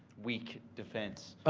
weak defense.